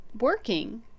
working